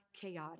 chaotic